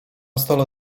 stole